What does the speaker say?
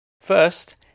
First